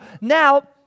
now